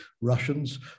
Russians